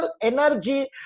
energy